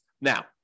Now